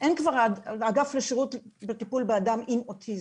אין כבר אגף לשירות לטיפול באדם עם אוטיזם,